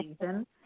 season